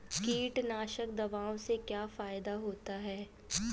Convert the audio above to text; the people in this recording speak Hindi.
कीटनाशक दवाओं से क्या फायदा होता है?